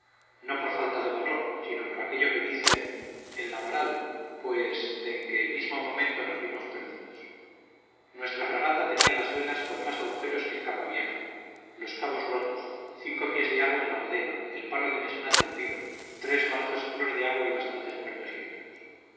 no por falta de valor sino por aquello que dicen en la moral pues denque el mismo momento nos vimos perdidos nuestra fragata tenía las velas con más agujeros que capa vieja los cabos rotos cinco pies de agua en bodega el palo de mesana tendido tres balazos a flor de agua y bastantes muertos y heridos